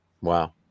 Wow